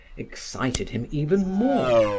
excited him even more.